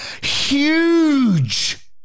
huge